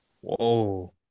whoa